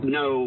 no